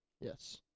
yes